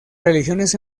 religiones